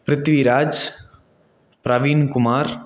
Prithvi Raj Praveen Kumar